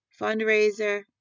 fundraiser